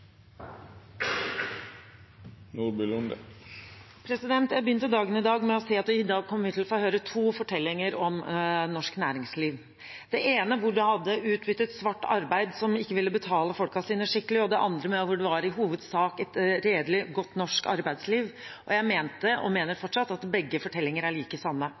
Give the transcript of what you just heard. Jeg begynte dagen i dag med å si at vi i dag kom til å høre to fortellinger om norsk næringsliv – den ene om at man utnyttet svart arbeid og ikke ville betale folkene sine skikkelig, den andre om at det i hovedsak var et redelig, godt norsk arbeidsliv – og jeg mente, og mener fortsatt, at begge fortellingene er like sanne.